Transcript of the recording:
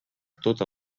tota